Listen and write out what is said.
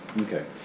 Okay